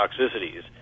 toxicities